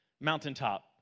Mountaintop